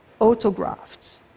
autografts